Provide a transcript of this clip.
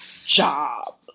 job